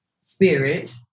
Spirit